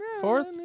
fourth